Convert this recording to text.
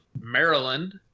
maryland